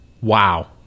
Wow